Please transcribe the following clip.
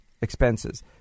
Expenses